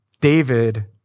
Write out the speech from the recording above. David